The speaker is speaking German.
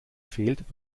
fehlt